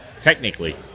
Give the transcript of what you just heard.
technically